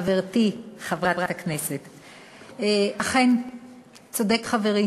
חברתי חברת הכנסת, אכן צודק חברי